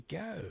go